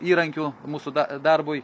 įrankių mūsų darbui